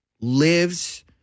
lives